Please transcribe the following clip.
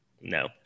No